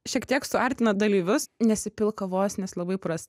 šiek tiek suartina dalyvius nesipilk kavos nes labai pras